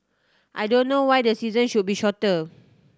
I don't know why the season should be shorter